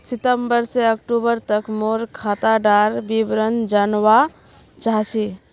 सितंबर से अक्टूबर तक मोर खाता डार विवरण जानवा चाहची?